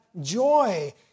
joy